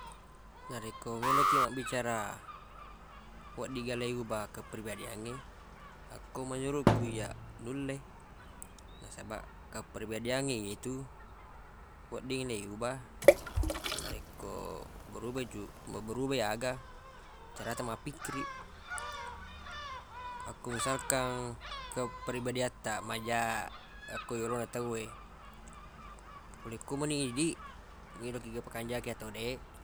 Narekko meloq kiq mabbicara wedding ga le yuba keprebadiangnge akko menurukku iyyaq nulle nasabaq kepribadiangnge itu wedding le yuba narekko beruba ju- berubai aga cara taq mappikkiriq akko misalkang kepribadiattaq maja akko yolona tawwe pole ko meni idiq melo kiq ga pakanja ki ato deq